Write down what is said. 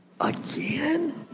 again